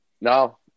No